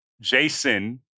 Jason